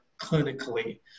clinically